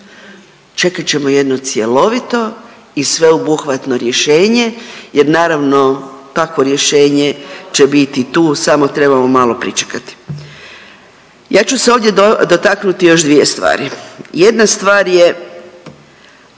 Čekat ćemo jedno cjelovito i sveobuhvatno rješenje jer naravno takvo rješenje će biti tu samo trebamo malo pričekati. Ja ću se ovdje dotaknuti još dvije stvari. Jedna stvar je